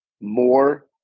more